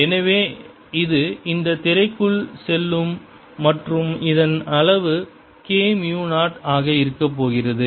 எனவே இது இந்த திரைக்குள் செல்லும் மற்றும் இதன் அளவு K மியூ 0 ஆக இருக்கப்போகிறது